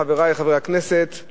חברי חברי הכנסת,